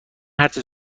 هرچه